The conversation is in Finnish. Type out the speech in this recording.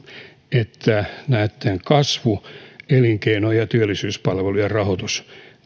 että näitten kasvu elinkeino ja työllisyyspalvelujen rahoitus